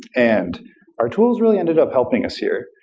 and our tools really ended up helping us here.